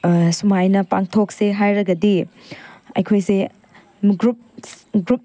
ꯁꯨꯃꯥꯏꯅ ꯄꯥꯡꯊꯣꯛꯁꯦ ꯍꯥꯏꯔꯒꯗꯤ ꯑꯩꯈꯣꯏꯁꯦ ꯒ꯭ꯔꯨꯞ ꯒ꯭ꯔꯨꯞ